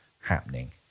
happening